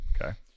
Okay